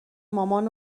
مامان